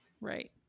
Right